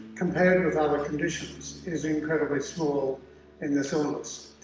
compared with other conditions, is incredibly small in this illness.